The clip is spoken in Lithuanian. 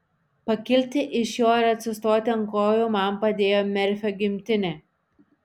pakilti iš jo ir atsistoti ant kojų man padėjo merfio gimtinė